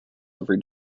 every